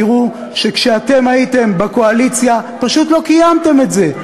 ותראו שכשאתם הייתם בקואליציה פשוט לא קיימתם את זה,